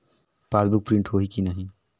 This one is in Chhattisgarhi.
पासबुक प्रिंट होही कि नहीं?